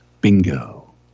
Bingo